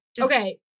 Okay